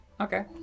Okay